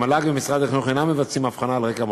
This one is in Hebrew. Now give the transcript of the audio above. מל"ג ומשרד החינוך אינם מבצעים הבחנה על רקע מוצא.